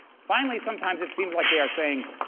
finally, sometimes it seems like they are saying,